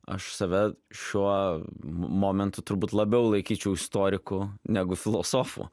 aš save šiuo momentu turbūt labiau laikyčiau istoriku negu filosofu